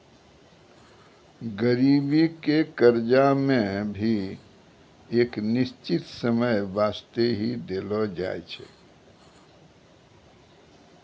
गरीबी के कर्जा मे भी एक निश्चित समय बासते ही देलो जाय छै